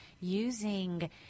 using